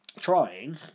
trying